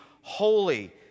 holy